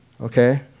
okay